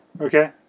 Okay